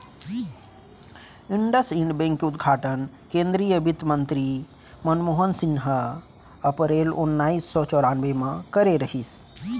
IndusInd bank के उद्घाटन केन्द्रीय बित्तमंतरी मनमोहन सिंह हर अपरेल ओनाइस सौ चैरानबे म करे रहिस